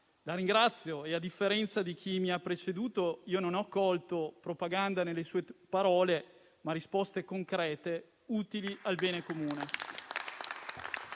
La ringrazio e, a differenza di chi mi ha preceduto, non ho colto propaganda nelle sue parole, ma risposte concrete, utili al bene comune.